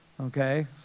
Okay